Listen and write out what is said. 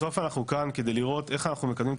בסוף אנחנו כאן כדי לראות איך אנחנו מקדמים את